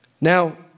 Now